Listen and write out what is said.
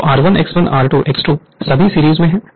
तो R1 X1 R2 X2 सभी series में हैं